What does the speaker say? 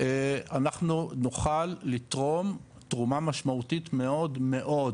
אנחנו נוכל לתרום תרומה משמעותית מאוד מאוד,